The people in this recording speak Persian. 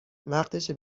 وقتشه